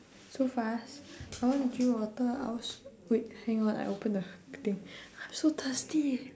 so fast I want to drink water I als~ wait hang on I open the the thing I'm so thirsty eh